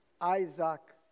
Isaac